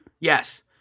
Yes